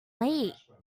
late